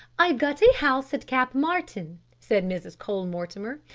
i've got a house at cap martin, said mrs. cole-mortimer.